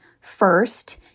First